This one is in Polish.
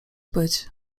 być